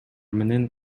менен